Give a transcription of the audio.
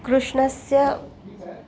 कृष्णस्य